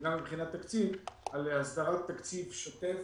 גם מבחינת תקציב, על הסדרת תקציב שוטף